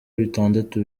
bitandatu